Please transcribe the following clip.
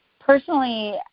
personally